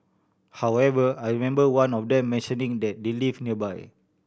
however I remember one of them mentioning that they live nearby